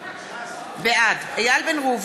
בעד נפתלי בנט,